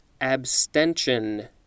abstention